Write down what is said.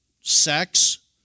sex